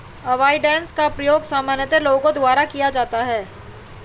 avoidance का प्रयोग सामान्यतः लोगों द्वारा किया जाता है